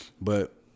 But-